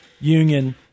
union